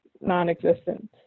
non-existent